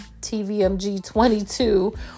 TVMG22